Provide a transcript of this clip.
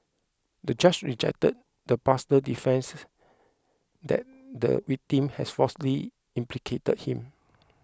the judge rejected the pastor's defence that the victim has falsely implicated him